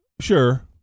Sure